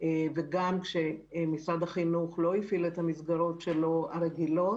גם כשמשרד החינוך לא הפעיל את המסגרות הרגילות שלו,